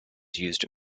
used